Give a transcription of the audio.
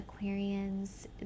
Aquarians